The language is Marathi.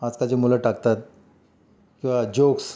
आजकालचे मुलं टाकतात किंवा जोक्स